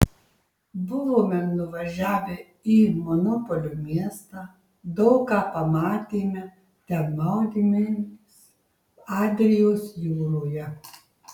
buvome nuvažiavę į monopolio miestą daug ką pamatėme ten maudėmės adrijos jūroje